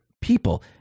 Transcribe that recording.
people